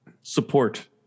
Support